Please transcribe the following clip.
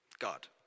God